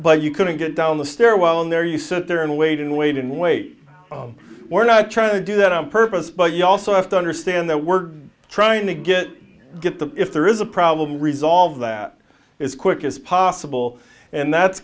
but you couldn't get down the stairwell and there you sit there and wait and wait and wait we're not trying to do that on purpose but you also have to understand that we're trying to get get the if there is a problem resolve that is quick as possible and that's